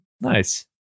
nice